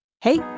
hey